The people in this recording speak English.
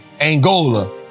Angola